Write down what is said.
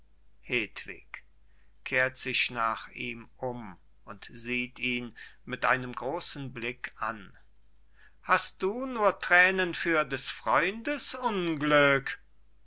kehrt sich nach ihm um und sieht ihn mit einem großen blick an hast du nur tränen für des freundes unglück